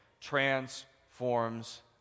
transforms